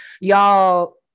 Y'all